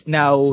now